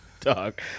Dog